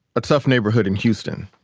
a tough neighborhood in houston.